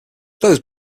those